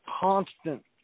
constant